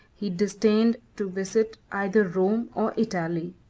he disdained to visit either rome or italy.